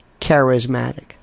charismatic